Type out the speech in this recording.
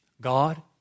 God